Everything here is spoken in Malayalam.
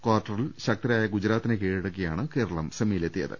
കാർട്ടറിൽ ശക്തരായ ഗുജറാത്തിനെ കീഴ്ടക്കിയാണ് കേരളം സെമിയി ലെത്തിയത്